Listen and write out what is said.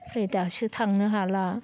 ओमफ्राय दासो थांनो हाला